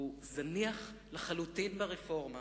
הוא זניח לחלוטין ברפורמה.